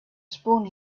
spoon